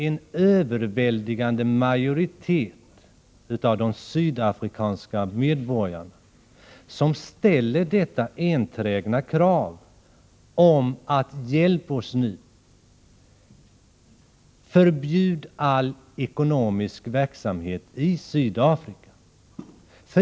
En överväldigande majoritet av de sydafrikanska medborgarna ställer det enträgna kravet: Hjälp oss nu, förbjud all ekonomisk verksamhet i Sydafrika!